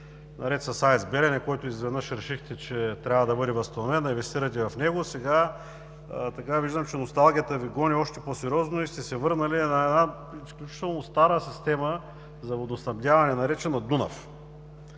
Наред с АЕЦ „Белене“, който изведнъж решихте, че трябва да бъде възстановен – да инвестирате в него, сега виждам, че носталгията Ви гони още по-сериозно и сте се върнали на една изключително стара система за водоснабдяване, наречена „Дунав“.